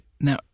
Now